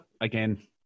again